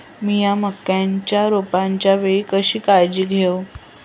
मीया मक्याच्या रोपाच्या वेळी कशी काळजी घेव?